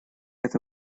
эта